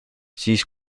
siis